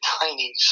tiny